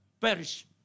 Perish